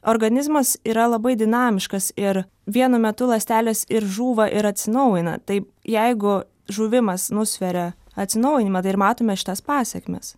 organizmas yra labai dinamiškas ir vienu metu ląstelės ir žūva ir atsinaujina tai jeigu žuvimas nusveria atsinaujinimą tai ir matome šitas pasekmes